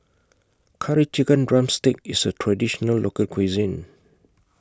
Curry Chicken Drumstick IS A Traditional Local Cuisine